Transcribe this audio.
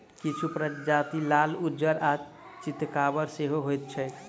किछु प्रजाति लाल, उज्जर आ चितकाबर सेहो होइत छैक